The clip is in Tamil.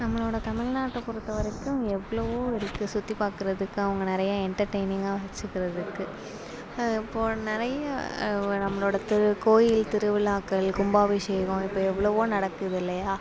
நம்மளோட தமிழ்நாட்டை பொறுத்த வரைக்கும் எவ்வளவோ இருக்கு சுற்றி பார்க்கறதுக்கு அவங்க நிறைய என்டர்டைனிங்காக வச்சுக்கிறதுக்கு இப்போ நிறைய நம்மளோட திரு கோயில் திருவிழாக்கள் கும்பாபிஷேகோம் இப்போ எவ்வளவோ நடக்குது இல்லையா